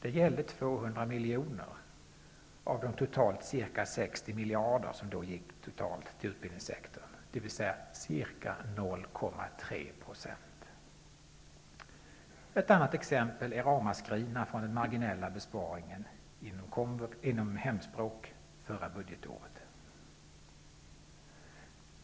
Ett annat exempel är ramaskrina med anledning av den marginella besparingen inom hemspråksundervisningen förra budgetåret.